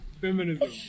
Feminism